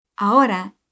Ahora